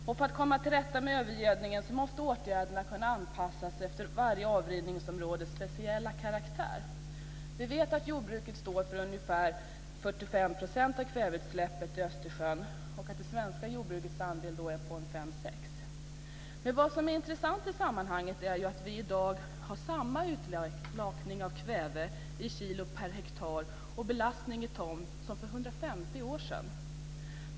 För att vi ska komma till rätta med övergödningen måste åtgärderna kunna anpassas efter varje avrinningsområdes speciella karaktär. Vi vet att jordbruket står för ungefär 45 % av kväveutsläppet i Östersjön och att det svenska jordbrukets andel är på 5-6 %. Vad som är intressant i sammanhanget är att vi i dag har samma utlakning av kväve i kilo per hektar och belastning i ton som för 150 år sedan.